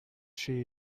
she